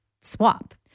swap